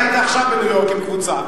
אתה היית עכשיו בניו-יורק עם קבוצה.